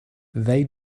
they